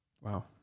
Wow